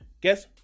guess